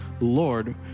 Lord